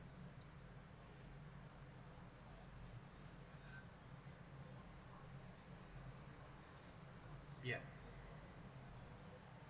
yeah